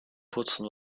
putzen